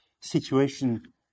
situation